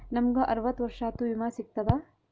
ನಮ್ ಗ ಅರವತ್ತ ವರ್ಷಾತು ವಿಮಾ ಸಿಗ್ತದಾ?